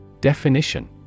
Definition